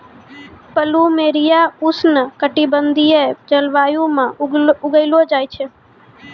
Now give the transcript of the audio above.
plumeria उष्ण कटिबंधीय जलवायु म उगैलो जाय छै